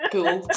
Cool